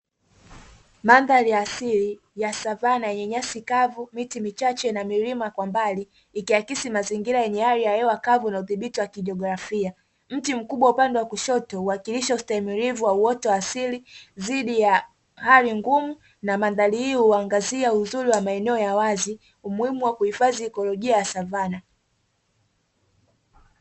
Mandhari ya asili ya savana yenye nyasi kavu, miti michache na milima kwa mbali; ikiakisi mazingira yenye hali ya hewa kavu na udhibiti wa kijiografia. Mti mkubwa upande wa kushoto huwakilisha ustahimilivu wa uoto wa asili dhidi ya hali ngumu. Na mandhari hii huangazia uzuri wa maeneo ya wazi, umuhimu wa kuhifadhi ekolojia ya savana.